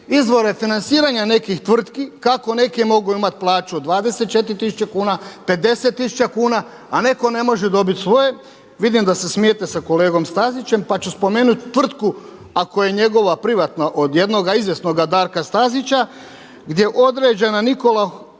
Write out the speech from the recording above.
izvora financiranja nekih tvrtki, kako neke mogu imati plaću od 24 tisuća kuna, 50 tisuća kuna, a neko ne može dobiti svoje. Vidim da se smijete sa kolegom Stazićem pa ću spomenuti tvrtku ako je njegova privatna od jednoga izvjesnoga Darka Stazića gdje je određen Nikola Hodalj